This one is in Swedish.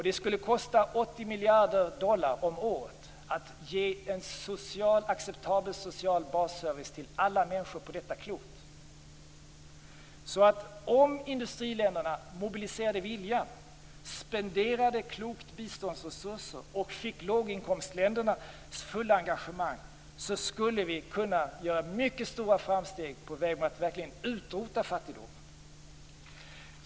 Det skulle kosta 80 miljarder dollar om året att ge en acceptabel social basservice till alla människor på detta klot. Om industriländerna mobiliserade viljan, spenderade biståndsresurser på ett klokt sätt och fick låginkomstländernas fulla engagemang skulle mycket stora framsteg på vägen mot att verkligen utrota fattigdomen kunna göras.